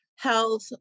health